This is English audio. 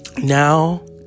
Now